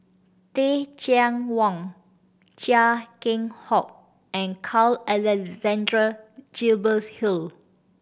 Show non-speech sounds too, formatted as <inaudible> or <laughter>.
Teh Cheang Wan Chia Keng Hock and Carl Alexander <unintelligible> Hill